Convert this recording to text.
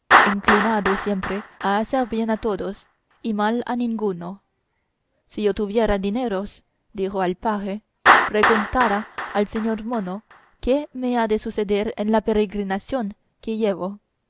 inclinado siempre a hacer bien a todos y mal a ninguno si yo tuviera dineros dijo el paje preguntara al señor mono qué me ha de suceder en la peregrinación que llevo